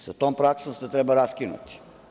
Sa tom praksom se treba raskinuti.